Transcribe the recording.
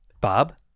Bob